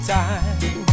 time